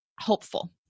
hopeful